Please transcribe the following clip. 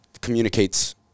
communicates